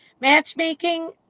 matchmaking